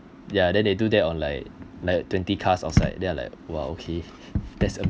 ya then they do that on like like twenty cars outside then I'm like !wow! okay that's